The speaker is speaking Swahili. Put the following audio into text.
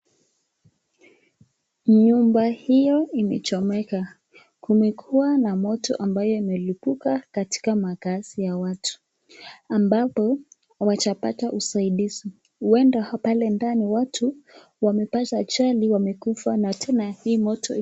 Nyumba hiyo imechomeka kumekuwa na moto ambaye imelibuka katika makazi ya watu ambapo hawajapata usaidizi, uenda pale ndani watu wamepata ajali wamekufa na tena hii moto.